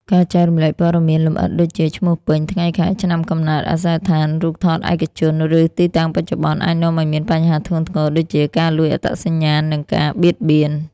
ការចែករំលែកព័ត៌មានលម្អិតដូចជា ឈ្មោះពេញ ថ្ងៃខែឆ្នាំកំណើត អាសយដ្ឋាន រូបថតឯកជន ឬទីតាំងបច្ចុប្បន្ន អាចនាំឲ្យមានបញ្ហាធ្ងន់ធ្ងរដូចជា ការលួចអត្តសញ្ញាណ និងការបៀតបៀន។